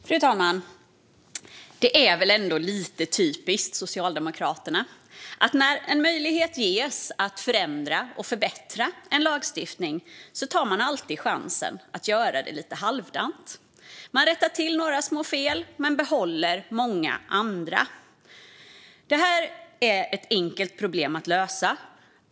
Fru talman! Det är väl ändå lite typiskt för Socialdemokraterna att när en möjlighet ges att förändra och förbättra en lagstiftning tar man alltid chansen att göra det lite halvdant. Man rättar till några små fel men behåller många andra. Detta är ett enkelt problem att lösa.